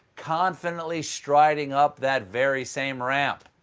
confidently striding up that very same ramp.